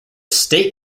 state